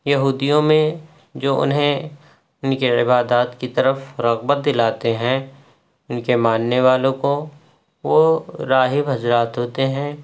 یہودیوں میں جو انہیں ان کے عبادات کی طرف رغبت دلاتے ہیں ان کے ماننے والوں کو وہ راہب حضرات ہوتے ہیں